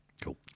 cool